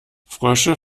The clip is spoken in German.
frösche